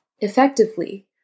Effectively